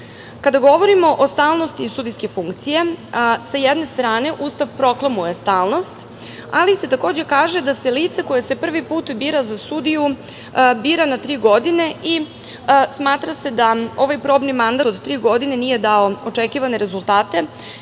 govorimo o stalnosti sudijske funkcije, sa jedne strane, Ustav proklamuje stalnost, ali se takođe kaže da se lice koje se prvi put bira za sudiju bira na tri godine i smatra se da ovaj probni mandat od tri godine nije dao očekivane